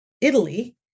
Italy